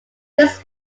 this